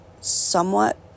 somewhat